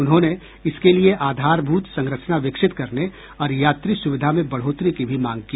उन्होंने इसके लिए आधारभूत संरचना विकसित करने और यात्री सुविधा में बढ़ोतरी की भी मांग की